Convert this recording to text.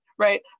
right